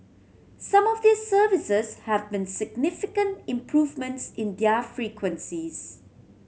some of these services have seen significant improvements in their frequencies